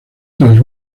tras